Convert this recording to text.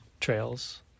trails